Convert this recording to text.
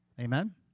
Amen